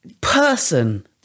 person